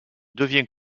devient